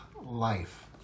life